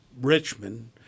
Richmond